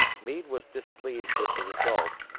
meade was displeased with the result,